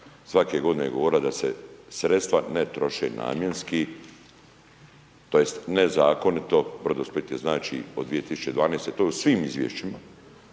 svake godine je govorila da se sredstva ne troše namjenski, tj. nezakonito, Brodosplit je znači od 2012., to je u svim izvješćima,